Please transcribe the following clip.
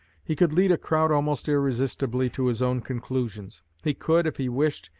he could lead a crowd almost irresistibly to his own conclusions. he could, if he wished,